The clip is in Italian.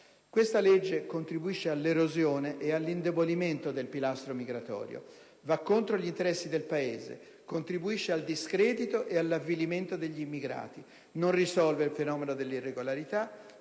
Questa legge contribuisce all'erosione ed all'indebolimento del pilastro migratorio; va contro gli interessi del Paese; contribuisce al discredito e all'avvilimento degli immigrati; non risolve il fenomeno dell'irregolarità;